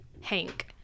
Hank